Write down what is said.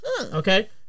Okay